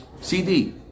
CD